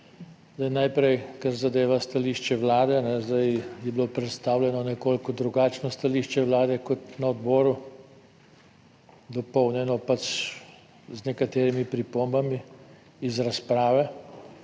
najprej, kar zadeva stališče Vlade, zdaj, je bilo predstavljeno nekoliko drugačno stališče Vlade, kot na odboru, dopolnjeno pač z nekaterimi pripombami iz razprave,